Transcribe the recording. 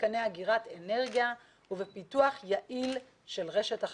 מתקני אגירת ארגיה ובפיתוח יעיל של רשת החשמל.